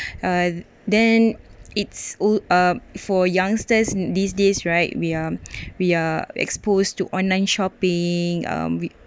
uh then it's all uh for youngsters these days right we are we are exposed to online shopping we